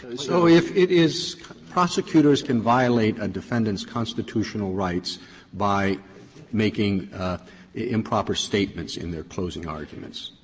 and so if it is prosecutors can violate a defendant's constitutional rights by making improper statements in their closing arguments.